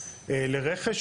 לרכש,